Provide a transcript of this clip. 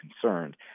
concerned